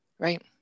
Right